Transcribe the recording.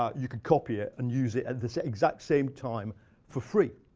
um you can copy it and use it at the exact same time for free.